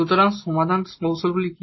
সুতরাং সমাধান কৌশলগুলি কি